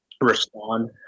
respond